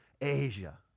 Asia